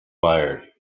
fired